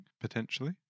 potentially